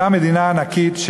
הייתה מדינה ענקית,